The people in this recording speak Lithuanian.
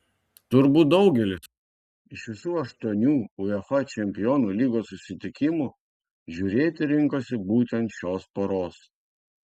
turbūt daugelis iš visų aštuonių uefa čempionų lygos susitikimų žiūrėti rinkosi būtent šios poros